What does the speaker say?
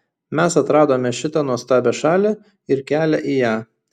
mes atradome šitą nuostabią šalį ir kelią į ją